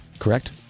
Correct